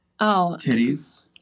titties